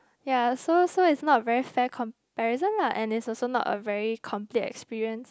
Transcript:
ya so so it's not a very fair comparison lah and it's also not a very complete experience